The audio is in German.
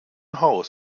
haus